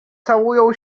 całują